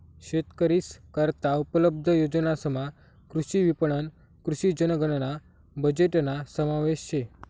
शेतकरीस करता उपलब्ध योजनासमा कृषी विपणन, कृषी जनगणना बजेटना समावेश शे